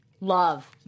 love